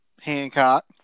Hancock